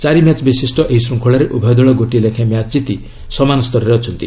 ଚାରି ମ୍ୟାଚ୍ ବିଶିଷ୍ଟ ଏହି ଶୃଙ୍ଖଳାରେ ଉଭୟ ଦଳ ଗୋଟିଏ ଲେଖାଏଁ ମ୍ୟାଚ୍ ଜିତି ସମାନ ସ୍ତରରେ ଅଛନ୍ତି